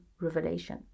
revelation